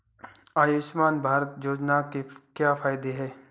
आयुष्मान भारत योजना के क्या फायदे हैं?